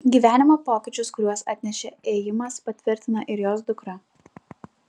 gyvenimo pokyčius kuriuos atnešė ėjimas patvirtina ir jos dukra